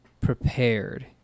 prepared